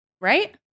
right